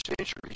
centuries